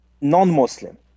non-muslim